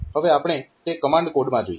હવે આપણે તે કમાન્ડ કોડમાં જોઈએ